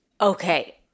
Okay